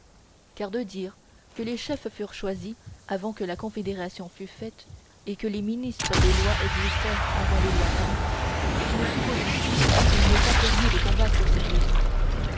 car de dire que les chefs furent choisis avant que la confédération fût faite et que les ministres des lois existèrent avant les lois mêmes c'est une supposition qu'il n'est pas permis de combattre sérieusement